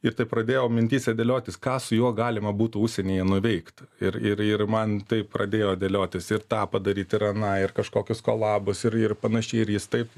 ir taip pradėjau mintyse dėliotis ką su juo galima būtų užsienyje nuveikt ir ir ir man tai pradėjo dėliotis ir tą padaryt ir aną ir kažkokius kolabus ir ir panašiai ir jis taip